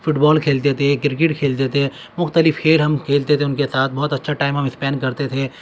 fit بال کھیلتے تھے cricket کھیلتے تھے مختلف کھیل ہم کھیلتے تھے ان کے ساتھ بہت اچھا ٹائم ہم اسپین کرتے تھے